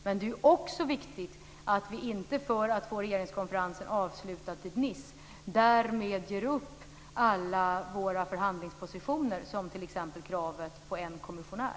Men det är också viktigt att vi inte för att få regeringskonferensen avslutad i Nice ger upp alla våra förhandlingspositioner, som t.ex. kravet på en kommissionär.